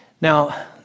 Now